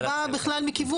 הוא בא בכלל מכיוון אחר.